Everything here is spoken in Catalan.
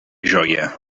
joia